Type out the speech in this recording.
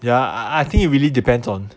ya I I think it really depends on